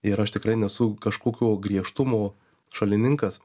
ir aš tikrai nesu kažkokio griežtumo šalininkas